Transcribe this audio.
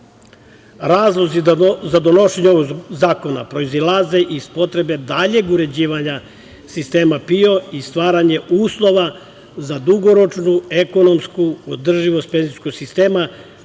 PIO.Razlozi za donošenje ovog zakona proizilaze iz potrebe daljeg uređivanja sistema PIO i stvaranje uslova za dugoročnu ekonomsku održivost penzijskog sistema sa